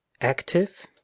Active